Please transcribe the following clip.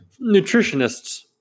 nutritionists